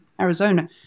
Arizona